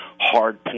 hard